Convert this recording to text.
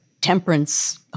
temperance